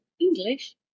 English